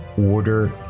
order